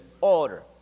order